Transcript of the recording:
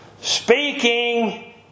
speaking